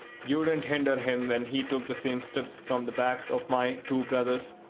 you didn't hinder him when he took the same strips from the backs of my two brothers,